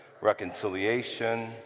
reconciliation